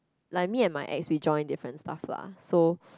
like me and my ex we join their fan stuff lah so